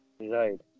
Right